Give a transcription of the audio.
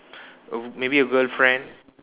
oh maybe your girlfriend